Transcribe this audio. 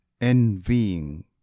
Envying